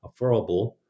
affordable